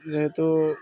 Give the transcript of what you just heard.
ଯେହେତୁ